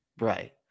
Right